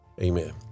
Amen